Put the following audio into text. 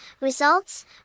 results